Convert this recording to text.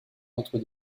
entre